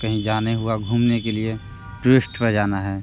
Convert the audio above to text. कहीं जाने हुआ घूमने के लिए टूरिस्ट पर जाना है